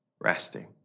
resting